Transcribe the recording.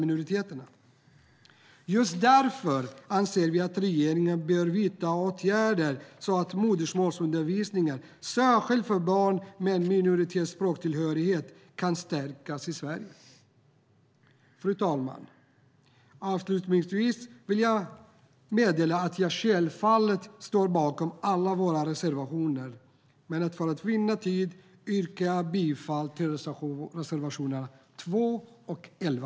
Just därför anser vi att regeringen bör vidta åtgärder så att modersmålsundervisningen, särskilt för barn med minoritetsspråkstillhörighet, kan stärkas i Sverige. Fru talman! Avslutningsvis vill jag meddela att jag självfallet står bakom alla våra reservationer, men för tids vinnande yrkar jag bifall till reservationerna 2 och 11.